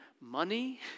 money